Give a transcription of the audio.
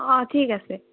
অঁ ঠিক আছে